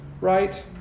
right